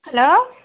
hello